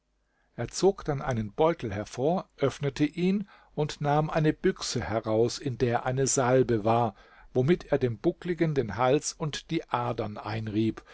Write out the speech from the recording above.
er zog dann einen beutel hervor öffnete ihn und nahm eine büchse heraus in der eine salbe war womit er dem buckligen den hals und die adern einrieb